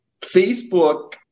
Facebook